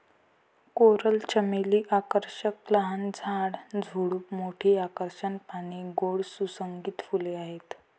coral चमेली आकर्षक लहान झाड, झुडूप, मोठी आकर्षक पाने, गोड सुगंधित फुले आहेत